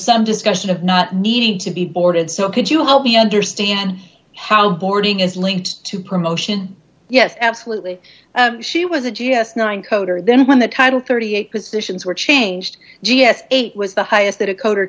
some discussion of not needing to be boarded so could you help me understand how boarding is linked to promotion yes absolutely she was a g s nine coder then when the title thirty eight positions were changed g s eight was the highest that a code